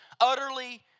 utterly